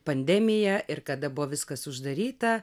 pandemija ir kada buvo viskas uždaryta